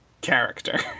character